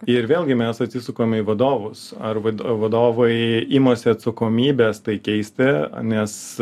ir vėlgi mes atsisukam į vadovus ar vadovai imasi atsakomybės tai keisti nes